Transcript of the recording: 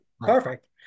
perfect